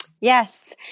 Yes